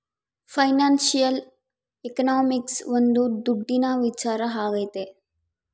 financial economics ಒಂದ್ ದುಡ್ಡಿನ ವಿಚಾರ ಆಗೈತೆ